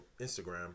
Instagram